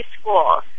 school